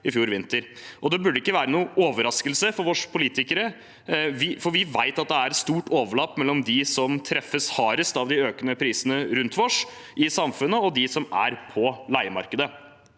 i fjor vinter. Det burde ikke være noen overraskelse for oss politikere, for vi vet at det er stort overlapp mellom dem som treffes hardest av de økende prisene rundt oss i samfunnet, og dem som er på leiemarkedet.